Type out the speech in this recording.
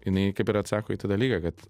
jinai kaip ir atsako į tą dalyką kad